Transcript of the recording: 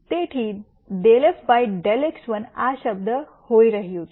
તેથી ∂f ∂x1 આ શબ્દ હોઈ રહ્યું છે